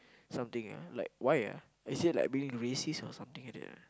something ah like why ah is it like being racist or something like that ah